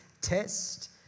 test